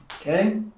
Okay